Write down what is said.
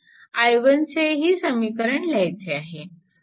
i1 चे समीकरणही लिहायचे आहे